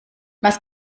was